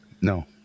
No